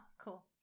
cool